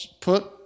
put